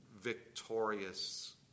victorious